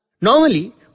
Normally